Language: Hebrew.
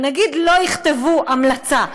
ונגיד, לא יכתבו המלצה.